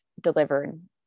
delivered